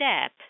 step